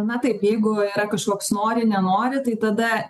na taip jeigu yra kažkoks nori nenori tai tada